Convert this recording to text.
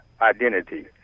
identity